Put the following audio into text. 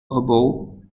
oboe